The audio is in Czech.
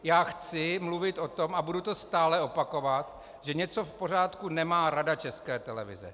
Já chci mluvit o tom, a budu to stále opakovat, že něco v pořádku nemá Rada České televize.